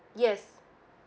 yes